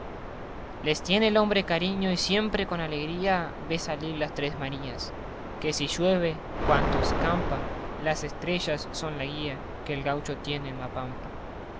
les tiene el hombre cariño y siempre con alegría ve salir las tres marías que si llueve cuanto escampa las estrellas son la guía que el gaucho tiene en la pampa